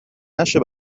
نشه